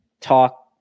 talk